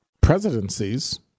presidencies